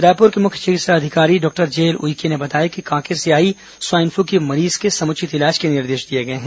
रायपुर के मुख्य चिकित्सा अधिकारी डॉक्टर जेएल उइके ने बताया कि कांकेर से आई स्वाइन फ्लू की मरीज के समुचित इलाज के निर्देश दिए गए हैं